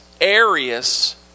Arius